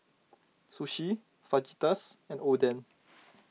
Sushi Fajitas and Oden